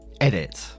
edit